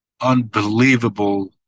unbelievable